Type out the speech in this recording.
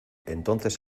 entonces